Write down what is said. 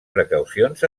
precaucions